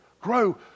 Grow